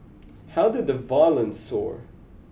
how did the violence soar